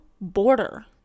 border